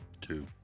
two